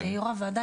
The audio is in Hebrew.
יושב ראש הוועדה,